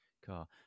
Car